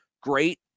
great